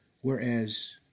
Whereas